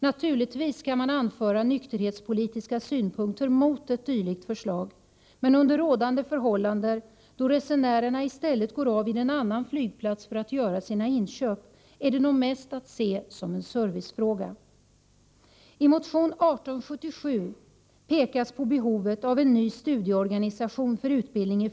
Naturligtvis kan man anföra nykterhetspolitiska synpunkter mot ett dylikt förslag, men under rådande förhållanden — då resenärerna i stället går av vid en annan flygplats för att göra sina inköp — är det nog mest att se som en servicefråga.